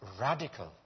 radical